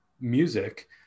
music